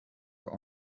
your